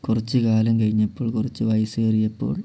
കുറച്ച് കാലം കഴിഞ്ഞപ്പോൾ കുറച്ച് വയസ്സേറിയപ്പോൾ